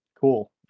Cool